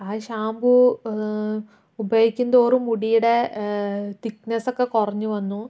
അത് ഷാമ്പു ഉപയോഗിക്കുന്തോറും മുടിയുടെ തിക്ക്നസ് ഒക്കെ കുറഞ്ഞു വന്നു